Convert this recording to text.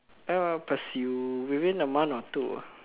ah pursue within a month or two ah